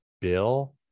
Bill